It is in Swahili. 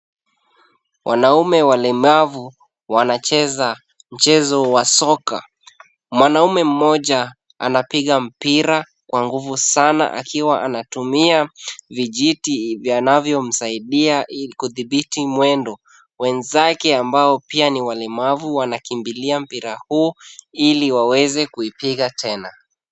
Wanaume walemavu wanacheza mchezo wa soka. Mwanaume mmoja anapiga mpira kwa nguvu sana akiwa anatumia vijiti vinavyomsaidia ili kudhibiti mwendo. Wenzake ambao pia ni walemavu wanakimbilia mpira huo ili waweze kuipiga tena.